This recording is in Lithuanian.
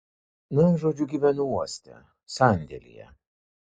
na žodžiu gyvenu uoste sandėlyje